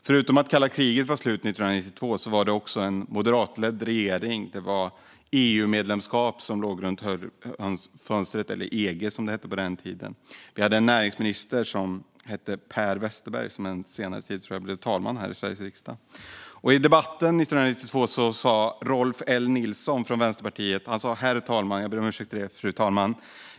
Förutom att kalla kriget var slut 1992 var det också en moderatledd regering. Medlemskap i EU, eller EG som det hette på den tiden, låg runt hörnet. Vi hade en näringsminister som hette Per Westerberg, som senare blev talman här i Sveriges riksdag. I debatten 1992 sa Rolf L Nilson från Vänsterpartiet så här: "Herr talman!